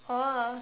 oh